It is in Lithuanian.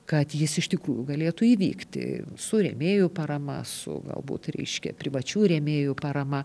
kad jis iš tikrųjų galėtų įvykti su rėmėjų parama su galbūt reiškia privačių rėmėjų parama